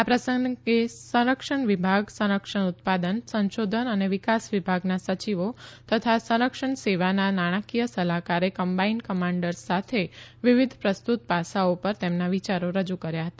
આ પ્રસંગે સંરક્ષણ વિભાગ સંરક્ષણ ઉત્પાદન સંશોધન અને વિકાસ વિભાગના સચિવો તથા સંરક્ષણ સેવાના નાણાકીય સલાહકારે કમ્બાઇન્ડ કમાન્ડર્સ સાથે વિવિધ પ્રસ્તુત પાસાઓ પર તેમના વિચારો રજુ કર્યા હતા